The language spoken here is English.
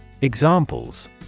Examples